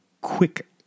quick